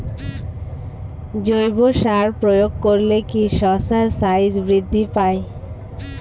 জৈব সার প্রয়োগ করলে কি শশার সাইজ বৃদ্ধি পায়?